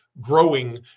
growing